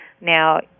Now